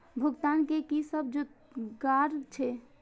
भुगतान के कि सब जुगार छे?